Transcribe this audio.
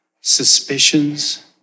suspicions